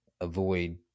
avoid